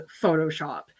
Photoshop